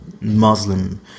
Muslim